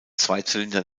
zweizylinder